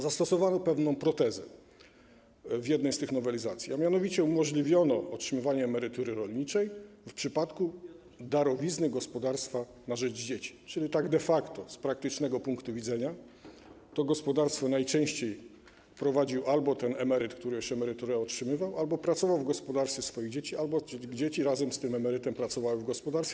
Zastosowano pewną protezę w jednej z tych nowelizacji, a mianowicie umożliwiono otrzymywanie emerytury rolniczej w przypadku darowizny gospodarstwa na rzecz dzieci, czyli tak de facto z praktycznego punktu widzenia to gospodarstwo najczęściej prowadził albo ten emeryt, który jeszcze emeryturę otrzymywał, albo pracował w gospodarstwie swoich dzieci, albo dzieci razem z tym emerytem pracowały w gospodarstwie.